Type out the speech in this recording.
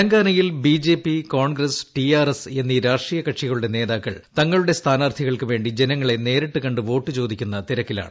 തെലങ്കാനയിൽ ബിജെപി കോൺഗ്രസ് ടിആർഎസ് എന്നീ രാഷ്ട്രീയ കക്ഷികളുടെ നേതാക്കൾ തങ്ങളുടെ സ്ഥാനാർത്ഥികൾക്ക് വേണ്ടി ജനങ്ങളെ നേരിട്ട് കണ്ട് വോട്ട് ചോദിക്കുന്ന തിരക്കിലാണ്